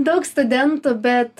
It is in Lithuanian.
daug studentų bet